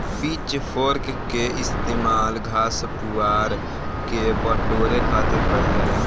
pitch fork के इस्तेमाल घास, पुआरा के बटोरे खातिर कईल जाला